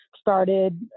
started